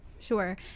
Sure